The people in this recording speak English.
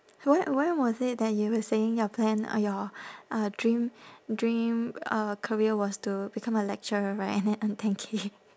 when when was it that you were saying your plan or your uh dream dream uh career was to become a lecturer right and then earn ten K